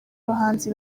abahanzi